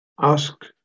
ask